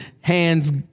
hands